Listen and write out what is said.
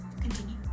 Continue